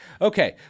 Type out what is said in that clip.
Okay